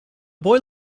boy